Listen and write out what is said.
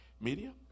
Media